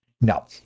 No